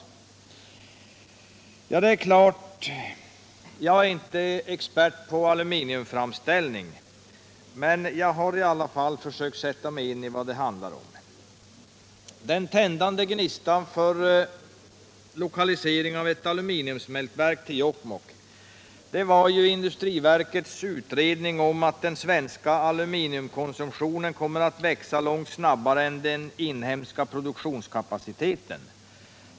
Jag är självfallet inte expert på aluminiumframställning, men jag har i alla fall försökt sätta mig in i vad det handlar om. Den tändande gnistan för debatten om lokalisering av ett aluminiumsmältverk till Jokkmokk var industriverkets utredning om att den svenska aluminiumkonsumtionen kommer att växa långt snabbare än den inhemska produktionskapaciteten.